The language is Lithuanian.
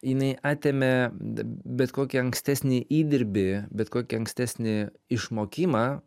jinai atėmė bet kokį ankstesnį įdirbį bet kokį ankstesnį išmokimą